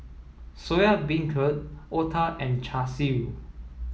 Soya Beancurd Otah and Char Siu